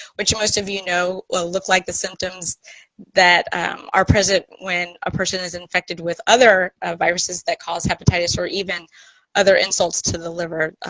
which most of you know look like the symptoms that are present when a person is infected with other ah viruses that cause hepatitis or even other insults to the liver.